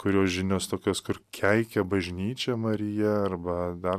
kurios žinios tokios kur keikia bažnyčią marija arba dar